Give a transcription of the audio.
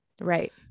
Right